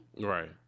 Right